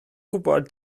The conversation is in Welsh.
gwybod